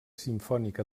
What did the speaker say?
simfònica